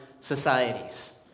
societies